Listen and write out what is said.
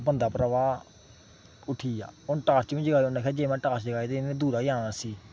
बंदा भ्रावा उट्ठी गेआ उन्न टार्च बी जगाई उन्नै आखेआ जे महां टार्च जगाई ते इ'न्नै दूरा जाना नस्सी